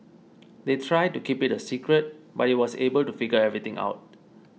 they tried to keep it a secret but he was able to figure everything out